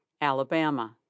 Alabama